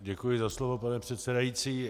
Děkuji za slovo, pane předsedající.